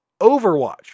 Overwatch